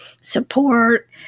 support